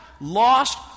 Lost